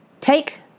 take